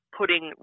putting